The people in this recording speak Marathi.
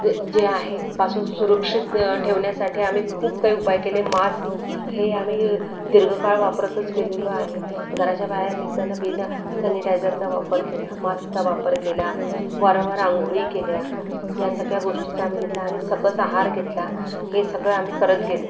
जे जे आहे पासून सुरक्षित ठेवण्यासाठी आम्ही खूप काही उपाय केले मास्क हे आम्ही दीर्घकाळ वापरातच केलेलो आहे घराच्या बाहेर निघतानाबी ना सॅनिटायझरचा वापर केला मास्कचा वापर केला वारंवार आंघोळी केल्या या सगळ्या गोष्टीचा आम्ही घेतला आणि सकस आहार घेतला हे सगळं आम्ही करत गेलो